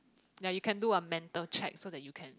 ya you can do a mental check so that you can